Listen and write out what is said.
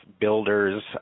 builders